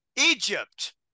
Egypt